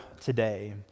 today